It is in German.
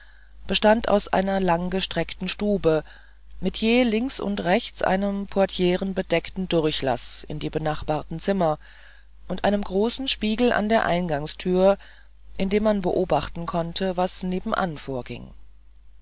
bestand aus einer langgestreckten stube mit je links und rechts einem portierenbedeckten durchlaß in die benachbarten zimmer und einem großen spiegel an der eingangstür in dem man beobachten konnte was nebenan vorging